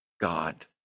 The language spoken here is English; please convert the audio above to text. God